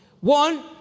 One